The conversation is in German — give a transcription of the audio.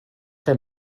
der